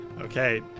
Okay